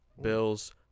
Bills